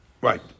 Right